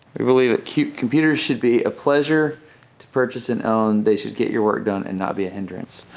we believe that computers should be a pleasure to purchase and own. they should get your work done and not be a hindrance.